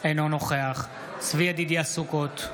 אינו נוכח צבי ידידיה סוכות,